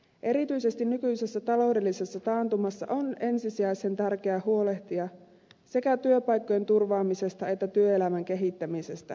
erityisesti nykyisessä taloudellisessa taantumassa on ensisijaisen tärkeää huolehtia sekä työpaikkojen turvaamisesta että työelämän kehittämisestä